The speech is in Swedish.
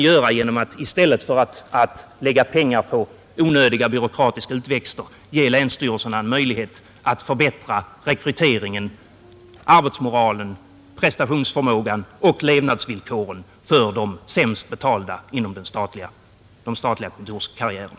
Ge länsstyrelserna möjlighet att förbättra rekryteringen, arbetsmoralen och prestationsförmågan genom att förbättra levnadsvillkoren för de sämst betalda inom den statliga kontorskarriären!